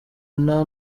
nta